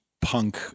punk